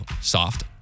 soft